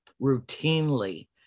routinely